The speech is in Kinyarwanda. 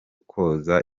koza